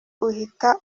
uhita